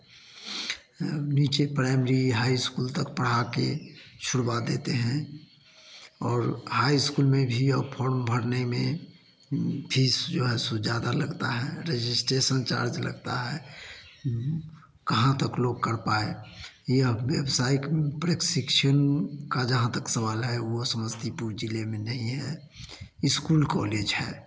नीचे primary high school तक पढ़ा कर छुड़वा देते हैं और हाई स्कूल में भी और फॉर्म भरने में फीस जो है वह ज़्यादा लगता है रजिस्ट्रेशन चार्ज लगता है कहाँ तक लोग कर पाए यहाँ व्यवसायिक प्रशिक्षण का जहाँ तक सवाल है वह समस्तीपुर जिले मे नहीं है स्कूल कॉलेज है